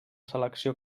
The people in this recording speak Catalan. selecció